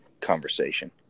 conversation